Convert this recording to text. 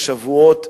בשבועות,